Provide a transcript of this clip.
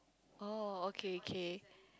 oh okay okay